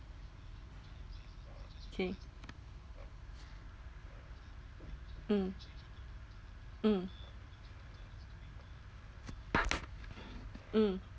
okay mm mm mm